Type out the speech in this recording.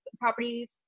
properties